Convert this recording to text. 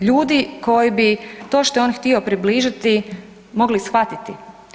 ljudi koji bi to što je on htio približiti, mogli shvatiti.